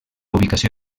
ubicació